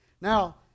Now